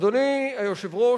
אדוני היושב-ראש,